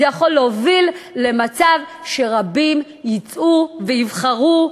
זה יכול להוביל למצב שרבים יצאו ויבחרו,